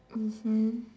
mmhmm